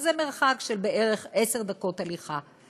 שזה מרחק של בערך עשר דקות הליכה.